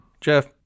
Jeff